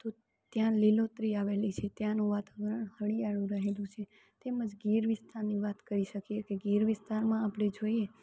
તો ત્યાં લીલોતરી આવેલી છે ત્યાંનું વાતાવરણ હરિયાળું રહેલું છે તેમજ ગીર વિસ્તારની વાત કરી શકીએ કે ગીર વિસ્તારમાં આપણે જોઈએ કે